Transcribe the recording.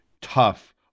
tough